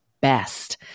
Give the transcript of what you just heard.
best